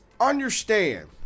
understand